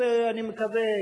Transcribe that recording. אני מקווה,